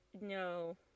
no